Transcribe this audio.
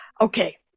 okay